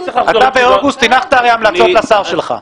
אתה באוגוסט הנחת המלצות לשר שלך.